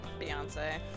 beyonce